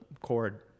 cord